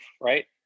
right